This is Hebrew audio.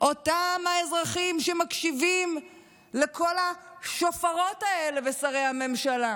אותם האזרחים שמקשיבים לכל השופרות האלה ושרי הממשלה,